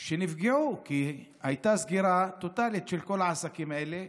שנפגעו כי הייתה סגירה טוטלית של כל העסקים האלה,